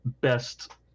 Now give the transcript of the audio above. best